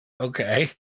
okay